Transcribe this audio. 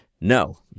No